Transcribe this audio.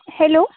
hello